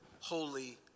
holy